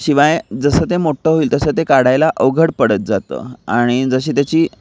शिवाय जसं ते मोठं होईल तसं ते काढायला अवघड पडत जातं आणि जशी त्याची